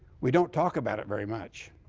we don't talk about it very much.